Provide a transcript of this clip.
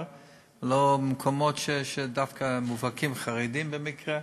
ולא במקומות שהם דווקא חרדיים מובהקים.